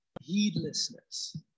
heedlessness